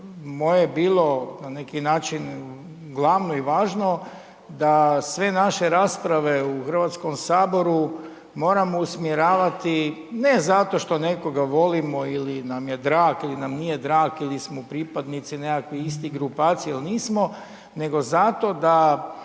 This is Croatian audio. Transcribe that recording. je moje bilo na neki način glavno i važno da sve naše rasprave u HS moramo usmjeravati ne zato što nekoga volimo ili nam je drag ili nam nije drag ili smo pripadnici nekakvih istih grupacija ili nismo nego zato da